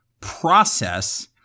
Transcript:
process –